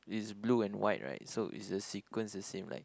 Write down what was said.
is blue and white right so is the sequence the same like